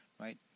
Right